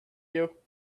you